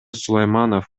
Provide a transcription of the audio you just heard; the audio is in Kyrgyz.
сулайманов